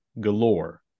galore